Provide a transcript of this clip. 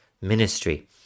ministry